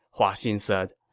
hua xin said.